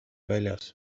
väljas